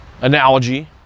analogy